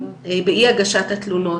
באי הגשת התלונות,